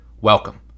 welcome